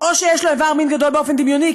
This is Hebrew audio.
או שיש לו איבר מין גדול באופן דמיוני,